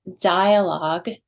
dialogue